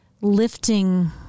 lifting